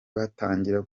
batangira